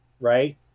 right